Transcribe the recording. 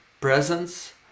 presence